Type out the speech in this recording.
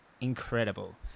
incredible